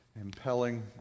impelling